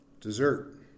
Dessert